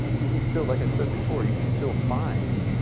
you can still, like i said before, you can still find